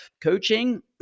coaching